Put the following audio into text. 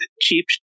cheap